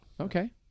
Okay